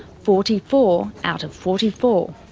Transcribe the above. forty four out of forty four.